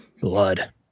Blood